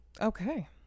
Okay